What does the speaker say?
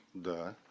the